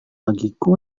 bagiku